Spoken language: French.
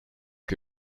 que